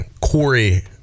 Corey